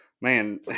Man